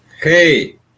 Hey